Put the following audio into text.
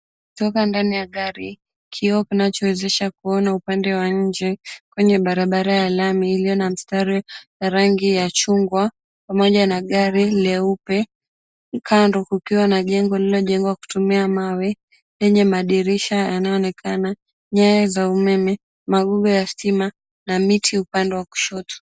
Kutoka ndani ya gari, kioo kinachowezesha kuona upande wa nje. Kwenye barabara ya lami iliyo na mstari rangi ya chungwa, pamoja na gari leupe. Kando kukiwa na jengo lililojengwa kutumia mawe, yenye madirisha yanayoonekana, nyaya za umeme, magogo ya stima, na miti upande wa kushoto.